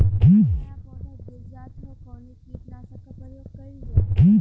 नया नया पौधा गिर जात हव कवने कीट नाशक क प्रयोग कइल जाव?